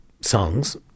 songs